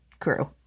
crew